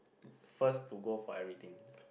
first to go for everything